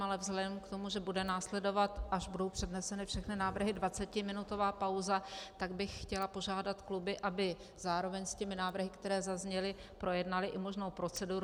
Ale vzhledem k tomu, že bude následovat, až budou předneseny všechny návrhy, dvacetiminutová pauza, tak bych chtěla požádat kluby, aby zároveň s těmi návrhy, které zazněly, projednaly i možnou proceduru.